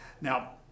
Now